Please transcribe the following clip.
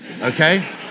okay